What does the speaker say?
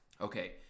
Okay